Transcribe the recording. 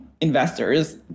investors